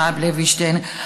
הרב לוינשטיין,